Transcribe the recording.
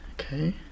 Okay